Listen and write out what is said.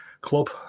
Club